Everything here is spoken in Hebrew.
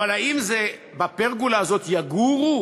אבל האם בפרגולה הזאת יגורו?